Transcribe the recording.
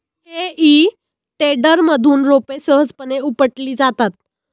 हेई टेडरमधून रोपे सहजपणे उपटली जातात